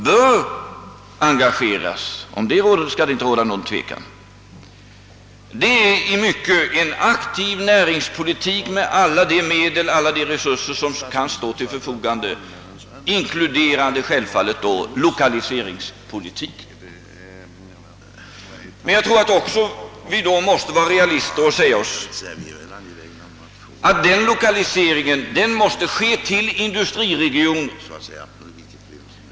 Det gäller i stor utsträckning en aktiv näringspolitik med utnyttjande av alla de medel och resurser som kan stå till förfogande, självfallet inkluderande lokaliseringspolitiken. Men jag tror att vi då också måste vara realister och säga oss att den lokaliseringen måste göras till industriregioner.